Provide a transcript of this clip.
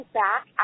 back